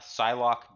Psylocke